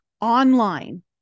online